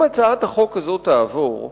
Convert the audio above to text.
אם הצעת החוק הזאת תעבור,